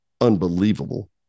unbelievable